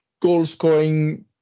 goal-scoring